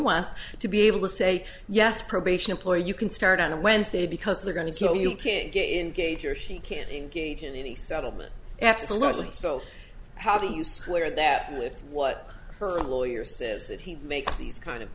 one to be able to say yes probation employee you can start on a wednesday because they're going to know you can't get engaged or she can't engage in any settlement absolutely so how do you square that with what her lawyer says that he makes these kind of